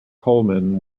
coleman